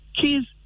kids